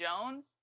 Jones